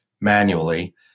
manually